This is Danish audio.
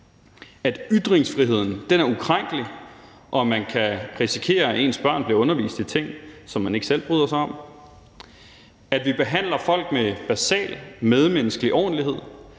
at ytringsfriheden er ukrænkelig, og at man kan risikere, at ens børn bliver undervist i ting, som man ikke selv bryder sig om; at vi behandler folk med basal medmenneskelig ordentlighed